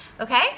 okay